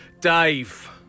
Dave